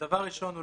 דבר ראשון,